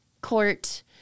court